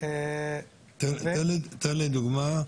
תן לי דוגמא,